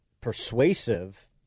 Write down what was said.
persuasive